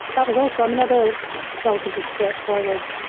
that was also, i mean, although it's relatively straightforward,